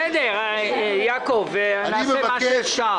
בסדר, נעשה מה שאפשר.